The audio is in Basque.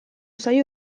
zaio